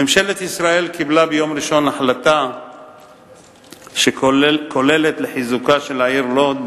ממשלת ישראל קיבלה ביום ראשון החלטה כוללת לחיזוקה של העיר לוד.